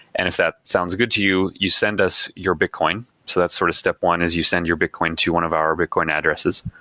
and if that sounds good to you, you send us your bitcoin. so that's sort of step one, is you send your bitcoin to one of our bitcoin addresses.